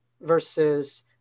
versus